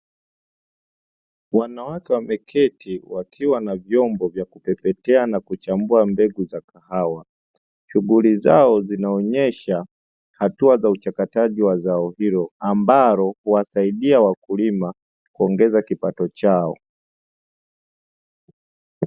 Wanawake wameketi wakiwa na vyombo vya kupepetea na kuchambua mbegu za kahawa shughuli zao zinaonyesha hatua za uchakataji wa zao hilo ambalo husaidia wakulima kuongeza kipato chao.